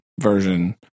version